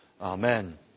Amen